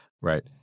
right